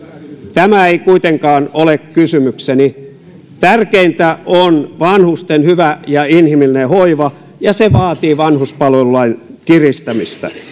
tämä ei kuitenkaan ole kysymykseni tärkeintä on vanhusten hyvä ja inhimillinen hoiva ja se vaatii vanhuspalvelulain kiristämistä